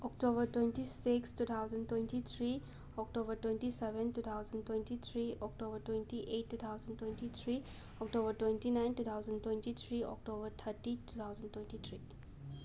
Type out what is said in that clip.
October twenty six two thousand twenty three October twenty seven two thousand twenty three October twenty eight two thousand twenty three October twenty nine two thousand twenty three October thirty two thousand twenty three